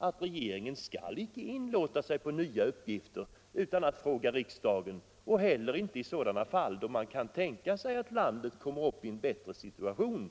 att regeringen icke skall inlåta sig på nya uppgifter utan att fråga riksdagen och inte heller ge sig in på nya områden i sådana fall där man kan tänka sig att landet kommit i en bättre situation.